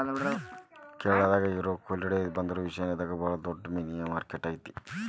ಕೇರಳಾದಾಗ ಇರೋ ಕೊಯಿಲಾಂಡಿ ಬಂದರು ಏಷ್ಯಾದಾಗ ಬಾಳ ದೊಡ್ಡ ಮೇನಿನ ಮಾರ್ಕೆಟ್ ಆಗೇತಿ